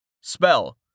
Spell